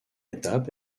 étape